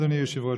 אדוני היושב-ראש,